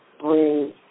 bring